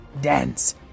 dance